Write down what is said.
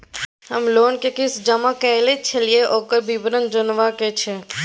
हम लोन के किस्त जमा कैलियै छलौं, ओकर विवरण जनबा के छै?